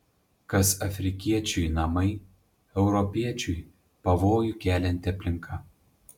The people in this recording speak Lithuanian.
kas afrikiečiui namai europiečiui pavojų kelianti aplinka